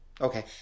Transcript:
Okay